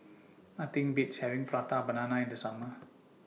Nothing Beats having Prata Banana in The Summer